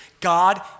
God